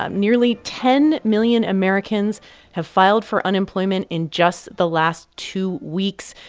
um nearly ten million americans have filed for unemployment in just the last two weeks.